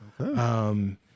Okay